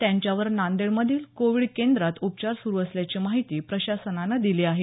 त्यांच्यावर नांदेडमधील कोविड केंद्रात उपचार सुरू असल्याची माहिती प्रशासनानं दिली आहे